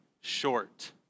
short